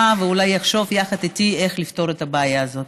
ואולי יחשוב יחד איתי איך לפתור את הבעיה הזאת.